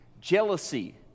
jealousy